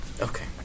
Okay